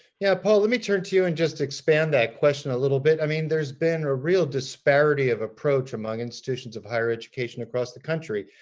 yeah paul, let me turn to you and just expand that question a little bit. i mean, there's been a real disparity of approach among institutions of higher education across the country.